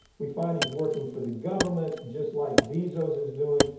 we find he's working for the government just like bezos is doing.